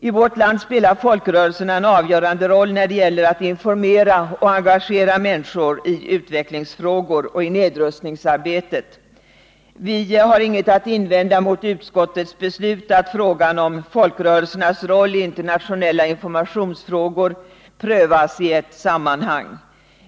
I vårt land spelar folkrörelserna en avgörande roll när det gäller att informera och engagera människor i utvecklingsfrågor och i nedrustningsarbetet. Vi har inget att invända mot utskottets förslag att frågan om folkrörelsernas roll i internationella informationsfrågor prövas i ett sammanhang.